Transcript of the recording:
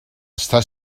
està